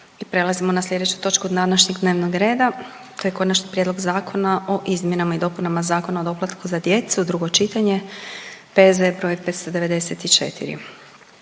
prelazimo na slijedeću točku današnjeg dnevnog reda, to je: - Konačni prijedlog Zakona o izmjenama i dopunama Zakona o doplatku za djecu, drugo čitanje, P.Z. broj 594